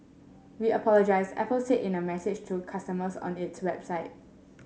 we apologise Apple said in a message to customers on its website